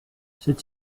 cette